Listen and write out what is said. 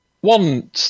One